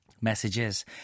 messages